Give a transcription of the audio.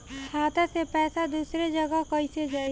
खाता से पैसा दूसर जगह कईसे जाई?